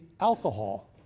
alcohol